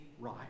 right